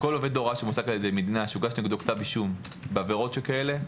הוראה שמועסק על ידי המדינה שהוגש נגדו כתב אישום בעבירות שכאלה,